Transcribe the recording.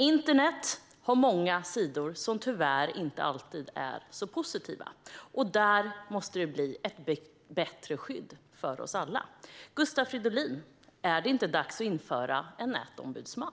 Internet har många sidor som tyvärr inte alltid är särskilt positiva, och vi måste skapa ett bättre skydd för oss alla. Gustav Fridolin! Är det inte dags att införa en nätombudsman?